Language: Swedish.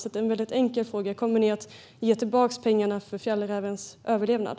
Jag ställer därför en enkel fråga. Kommer ni att ge tillbaka pengarna till fjällrävens överlevnad?